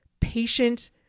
patient